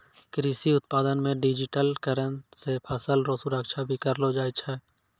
कृषि उत्पादन मे डिजिटिकरण से फसल रो सुरक्षा भी करलो जाय छै